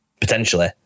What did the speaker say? potentially